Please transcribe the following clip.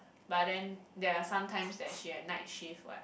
but then there are sometimes that she had night shift what